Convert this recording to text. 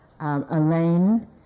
Elaine